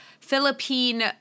Philippine